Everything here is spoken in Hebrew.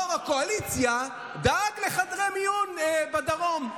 יו"ר הקואליציה, דאג לחדרי מיון בדרום.